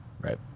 Right